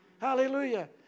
Hallelujah